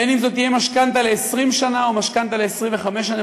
בין שזו תהיה משכנתה ל-20 שנה או משכנתה ל-25 שנה.